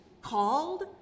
called